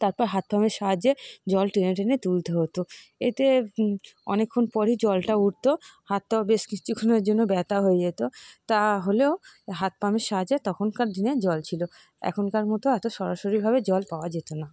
তারপর হাত পাম্পের সাহায্যে জল টেনে টেনে তুলতে হতো এতে অনেকক্ষণ পরই জলটা উঠত হাতটাও বেশ কিছুক্ষণের জন্য ব্যথা হয়ে যেত তা হলেও এ হাত পাম্পের সাহায্যে তখনকার দিনে জল ছিল এখনকার মতো এত সরাসরিভাবে জল পাওয়া যেত না